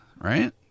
right